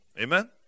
amen